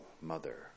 mother